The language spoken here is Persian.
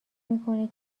میکنه